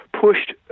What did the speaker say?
pushed